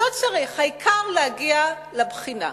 לא צריך, העיקר להגיע לבחינה.